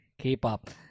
K-pop